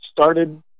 started